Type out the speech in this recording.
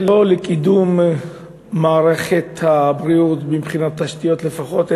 קידום במערכת הבריאות מבחינת תשתיות לפחות,